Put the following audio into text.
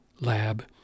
lab